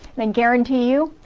and guarantee you,